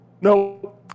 No